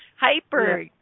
hyper